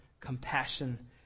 compassion